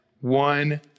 one